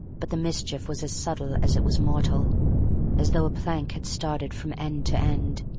but the mischief was as subtle as it was mortal as though a plank had started from end to end.